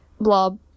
blob